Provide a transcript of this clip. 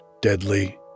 deadly